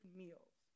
meals